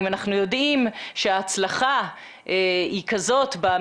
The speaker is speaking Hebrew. אם אנחנו יודעים שההצלחה היא כזאת אצל